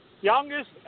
Youngest